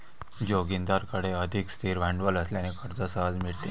जोगिंदरकडे अधिक स्थिर भांडवल असल्याने कर्ज सहज मिळते